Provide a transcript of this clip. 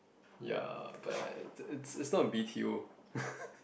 ya but it's it's not a b_t_o